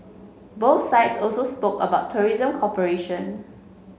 both sides also spoke about tourism cooperation